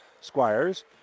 Squires